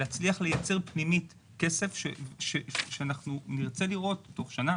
להצליח לייצר פנימית כסף שאנחנו נרצה לראות תוך שנה,